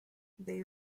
they